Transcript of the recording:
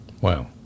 Wow